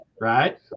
right